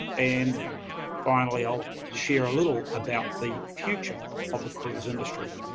and finally, i'll share a little about the future of the cruise industry.